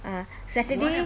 ah saturday